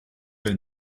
del